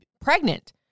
Pregnant